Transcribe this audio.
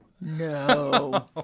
no